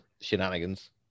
shenanigans